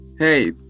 Hey